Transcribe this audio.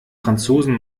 franzosen